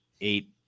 eight